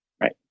Right